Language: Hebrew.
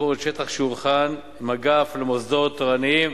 ביקורת שטח שהוכן עם האגף למוסדות תורניים